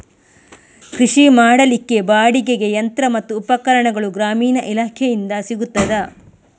ಕೃಷಿ ಮಾಡಲಿಕ್ಕೆ ಬಾಡಿಗೆಗೆ ಯಂತ್ರ ಮತ್ತು ಉಪಕರಣಗಳು ಗ್ರಾಮೀಣ ಇಲಾಖೆಯಿಂದ ಸಿಗುತ್ತದಾ?